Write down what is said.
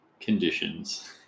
conditions